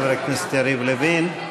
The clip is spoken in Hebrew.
חבר הכנסת יריב לוין.